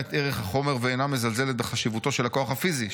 את ערך החומר ואינה מזלזלת בחשיבותו של הכוח הפיזי,